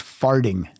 farting